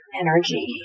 energy